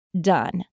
done